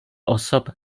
osob